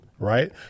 right